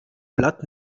blatt